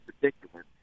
particular